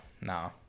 no